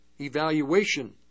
evaluation